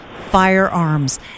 firearms